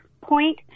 point